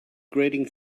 grating